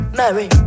marry